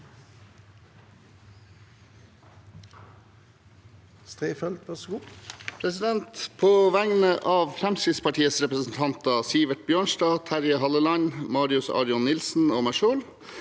På vegne av Fremskrittsparti-representantene Sivert Bjørnstad, Terje Halleland, Marius Arion Nilsen og meg selv